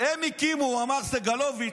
הם הקימו, אמר סגלוביץ'.